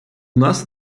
нас